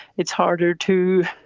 it's harder to.